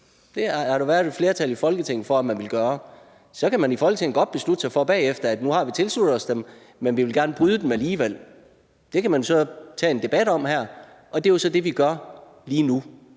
Det har der været et flertal i Folketinget for, at man ville gøre. Så kan man i Folketinget godt beslutte sig for bagefter, at nu har vi tilsluttet os dem, men vi vil gerne bryde dem alligevel. Det kan man så tage en debat om her, og det er jo så det, vi gør lige nu.